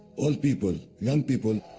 old people, young people,